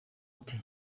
ati